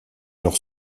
leur